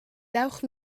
dewch